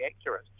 accurate